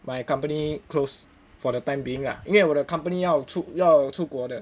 my company close for the time being ah 因为我的 company 要出要出国的